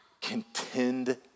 contend